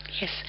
Yes